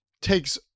takes